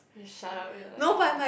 you shut up you're like